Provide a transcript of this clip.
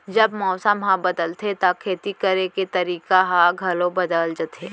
जब मौसम ह बदलथे त खेती करे के तरीका ह घलो बदल जथे?